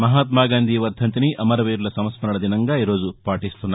మహాత్మాగాంధీ వర్దింతిని అమరవీరుల సంస్మరణ దినంగా ఈరోజు పాటిస్తున్నారు